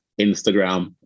Instagram